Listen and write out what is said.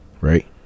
Right